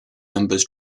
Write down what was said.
numbers